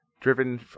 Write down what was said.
driven